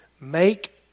Make